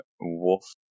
wolf